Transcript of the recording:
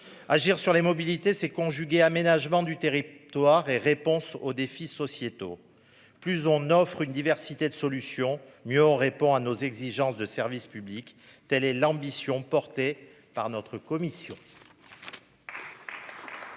Agir sur les mobilités, c'est conjuguer aménagement du territoire et réponse aux défis sociétaux. Plus on propose une diversité de solutions, mieux on répond à nos exigences de services publics. Telle est l'ambition portée par notre commission.